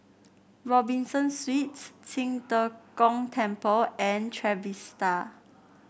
Robinson Suites Qing De Gong Temple and Trevista